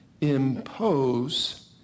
impose